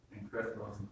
incredible